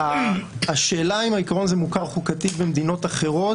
השאלה אם העיקרון הזה מוכר חוקתית במדינות אחרות.